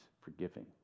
forgiving